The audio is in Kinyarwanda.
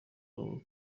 wawe